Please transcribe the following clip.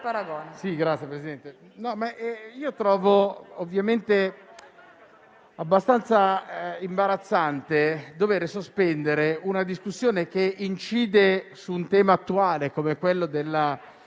trovo abbastanza imbarazzante dover sospendere una discussione che incide su un tema attuale come quello dei